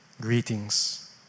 greetings